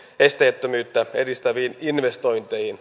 esteettömyyttä edistäviin investointeihin